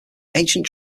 ancient